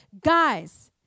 Guys